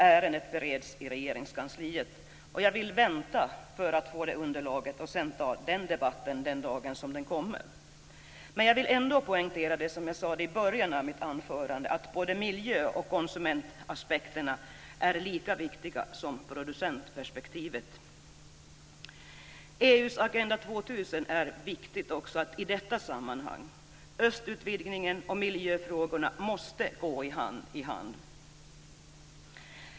Ärendet bereds i Regeringskansliet, och jag vill vänta på detta underlag och ta den debatten när det kommer. Men jag vill ändå poängtera det som jag sade i början av mitt anförande, nämligen att både miljö och konsumentaspekterna är lika viktiga som producentperspektivet. EU:s Agenda 2000 är viktig också i detta sammanhang. Östutvidgningen och miljöfrågorna måste gå hand i hand.